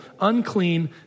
unclean